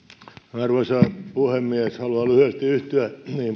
arvoisa puhemies haluan lyhyesti yhtyä